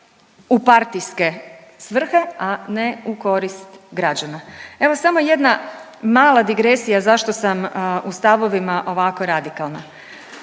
u partijske svrhe, a ne u korist građana. Evo samo jedna mala digresija zašto sam u stavovima ovako radikalna.